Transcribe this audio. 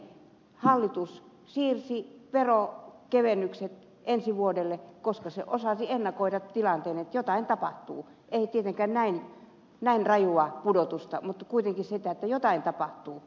hallitus siirsi veronkevennykset ensi vuodelle koska se osasi ennakoida tilanteen että jotain tapahtuu ei tietenkään osannut ennakoida näin rajua pudotusta mutta kuitenkin sen että jotain tapahtuu